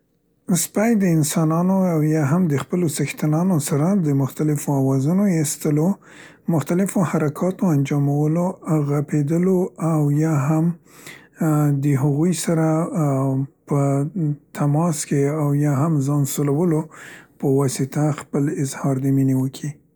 سپی د انسانانو او یا هم د خپلو څښتنانو سره د مختلفو اوازونو ایستلو، مختلفو حرکاتو انجامولو، غپیدلو او یا هم ا ا د هغوی سره ا ا په تماس کې او یا هم ځان سولولو په واسطه اظهار د مینې وکي.